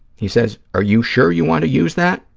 he says, are you sure you want to use that?